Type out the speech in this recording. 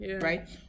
right